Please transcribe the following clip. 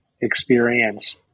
experience